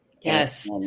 Yes